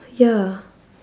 ya